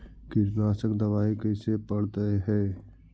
कीटनाशक दबाइ कैसे पड़तै है?